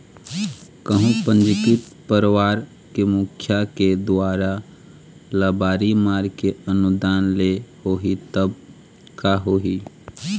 कहूँ पंजीकृत परवार के मुखिया के दुवारा लबारी मार के अनुदान ले होही तब का होही?